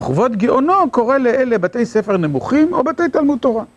חובות גאונו קורא לאלה בתי ספר נמוכים או בתי תלמוד תורה.